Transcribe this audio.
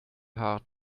hard